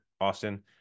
Austin